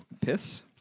Piss